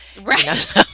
Right